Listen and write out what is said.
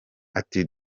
ati